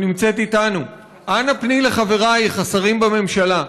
שנמצאת איתנו: אנא פני לחברייך השרים בממשלה.